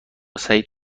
سعید